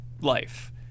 life